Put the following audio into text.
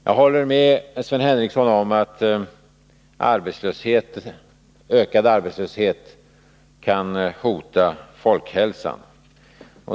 Jag håller med Sven Henricsson om att ökad arbetslöshet kan hota folkhälsan.